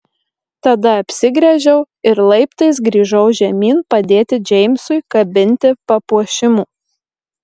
tada apsigręžiau ir laiptais grįžau žemyn padėti džeimsui kabinti papuošimų